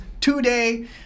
today